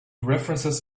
references